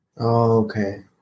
Okay